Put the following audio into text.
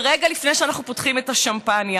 ורגע לפני שאנחנו פותחים את השמפניה,